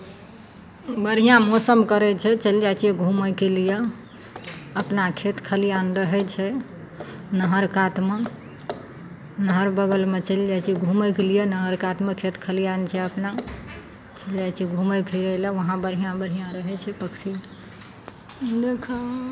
बढ़िआँ मौसम करै छै चलि जाइ घूमयके लिए अपना खेत खलिआन रहै छै नहर कातमे नहर बगलमे चलि जाइ छियै घूमयके लिए नहर कातमे खेत खलिआन छै अपना चलि जाइ छियै घूमय फिरयलए ओहाँ बढ़िआँ बढ़िआँ रहै छै पक्षी देखयमे